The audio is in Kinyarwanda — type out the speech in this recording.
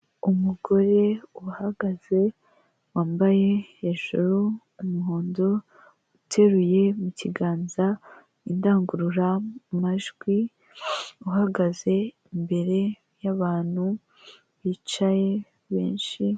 Umugore uhagaze wambaye hejuru umuhondo, uteruye mu kiganza indangururamajwi, uhagaze imbere y'abantu bicaye benshi.